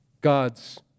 God's